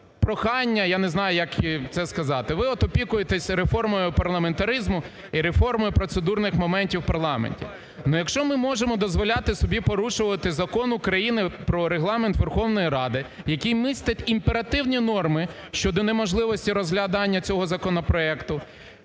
прохання. Я не знаю, як це сказати. Ви от опікуєтесь реформою парламентаризму і реформою процедурних моментів в парламенті. Ну якщо ми можемо дозволяти собі порушувати Закон України "Про Регламент Верховної Ради", який містить імперативні норми щодо неможливості розглядання цього законопроекту,